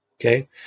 okay